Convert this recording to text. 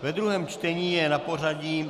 Ve druhém čtení je na pořadí